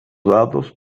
datos